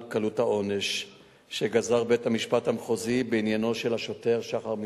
קלות העונש שגזר בית-המשפט המחוזי בעניינו של השוטר שחר מזרחי.